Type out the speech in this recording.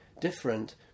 different